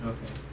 Okay